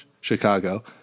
Chicago